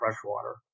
freshwater